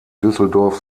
düsseldorf